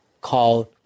called